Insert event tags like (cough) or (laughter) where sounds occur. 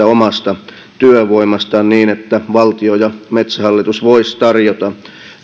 (unintelligible) omasta ikääntyvästä työvoimastaan niin että valtio ja metsähallitus voisivat tarjota